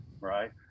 right